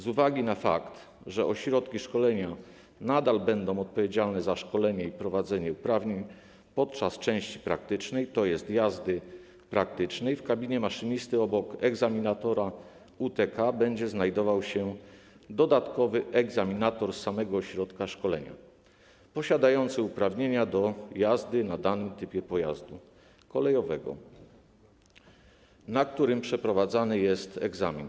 Z uwagi na fakt, że ośrodki szkolenia nadal będą odpowiedzialne za szkolenie i potwierdzanie uprawnień, podczas części praktycznej, tj. jazdy praktycznej, w kabinie maszynisty obok egzaminatora UTK będzie znajdował się dodatkowy egzaminator z samego ośrodka szkolenia mający uprawnienia do jazdy danym typem pojazdu kolejowego, w którym przeprowadzany jest egzamin.